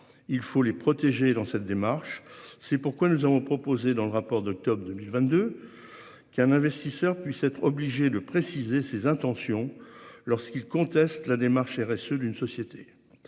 Il faut les protéger dans cette démarche. C'est pourquoi nous avons proposé dans le rapport d'octobre 2022. Qu'un investisseur puisse être obligé de préciser ses intentions lorsqu'il conteste la démarche RSE d'une société.